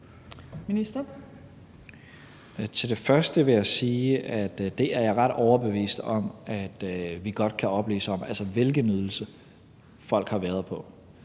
(fg.): Til det første vil jeg sige, at jeg er ret overbevist om, at vi godt kan oplyse om, hvilken ydelse folk har været på.